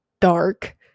dark